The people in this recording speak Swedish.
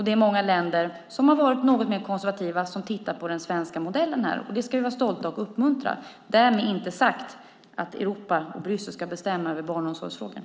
Det är många länder som har varit något mer konservativa som tittar på den svenska modellen när det gäller detta, och det ska vi vara stolta över och uppmuntra. Det är därmed inte sagt att Europa och Bryssel ska bestämma över barnomsorgsfrågorna.